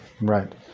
Right